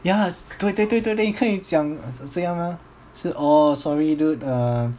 ya 对对对对对可以讲这样啊是 orh sorry dude err